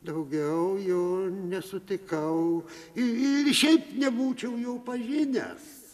daugiau jo nesutikau ir šiaip nebūčiau jo pažinęs